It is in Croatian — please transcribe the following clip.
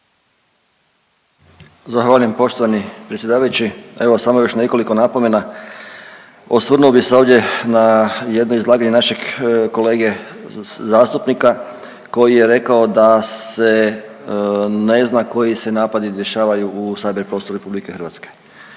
Zahvaljujem poštovani predsjedavajući. Evo samo još nekoliko napomena. Osvrnuo bih se ovdje na jedno izlaganje našeg kolege zastupnika koji je rekao da se ne zna koji se napadi dešavaju u cyber prostoru RH.